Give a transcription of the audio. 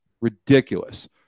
Ridiculous